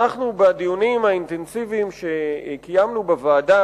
בדיונים האינטנסיביים שקיימנו בוועדה,